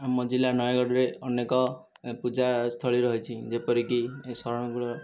ଆମ ଜିଲ୍ଲା ନୟାଗଡ଼ରେ ଅନେକ ପୂଜା ସ୍ଥଳୀ ରହିଛି ଯେପରି କି ଶରଣାକୂଳ